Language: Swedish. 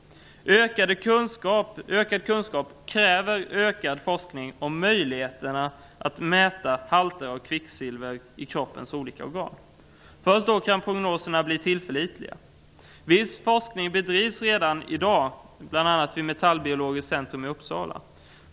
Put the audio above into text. Ökad kunskap kräver ökad forskning om möjligheterna att mäta halter av kvicksilver i kroppens olika organ. Först då kan prognoserna bli tillförlitliga. Viss forskning bedrivs redan i dag, bl.a. vid Metallbiologiskt centrum i Uppsala.